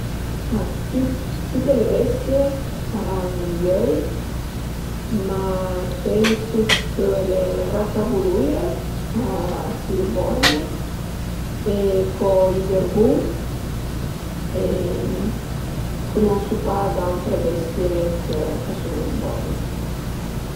Tüt tüte le bestie al an i öi, ma pensu chë le ratavuluire a siu borgne e co i dërbun e cunosu pa d'autre bestie ch'a sun borgne